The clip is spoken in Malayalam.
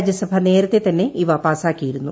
രാജ്യസഭ നേരത്തെ തന്നെ ഇവ പാസാക്കിയിരുന്നു